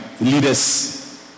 leaders